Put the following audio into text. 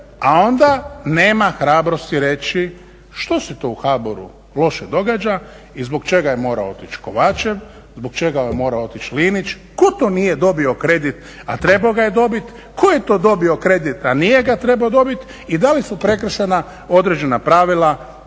a onda nema hrabrosti reći što se to u HBOR-u loše događa i zbog čega je morao otići Kovačev? Zbog čega je morao otići Linić? Tko to nije dobio kredit, a trebao ga je dobiti? Tko je to dobio kredit, a nije ga trebao dobiti? I da li su prekršena određena pravila